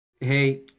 Hey